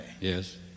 Yes